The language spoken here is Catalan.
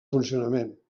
funcionament